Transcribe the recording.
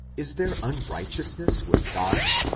is there unrighteousness with god?